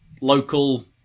local